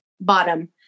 bottom